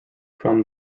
from